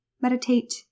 Meditate